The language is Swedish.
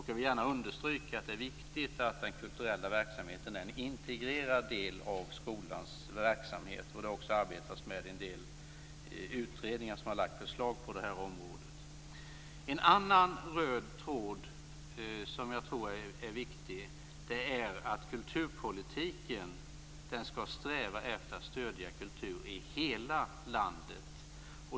Jag vill gärna understryka att det är viktigt att den kulturella verksamheten är en integrerad del av skolans verksamhet. En del utredningar har också lagt fram förslag på det här området. En annan röd tråd som jag tror är viktig är att kulturpolitiken skall sträva efter att stödja kultur i hela landet.